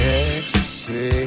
ecstasy